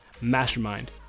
mastermind